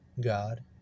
God